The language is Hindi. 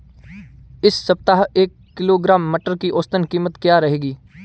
इस सप्ताह एक किलोग्राम मटर की औसतन कीमत क्या रहेगी?